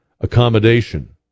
accommodation